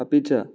अपि च